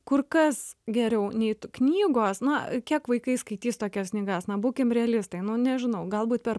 kur kas geriau nei knygos na kiek vaikai skaitys tokias knygas na būkim realistai nu nežinau galbūt per